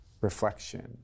reflection